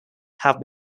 have